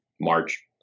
March